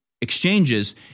exchanges